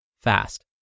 fast